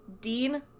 Dean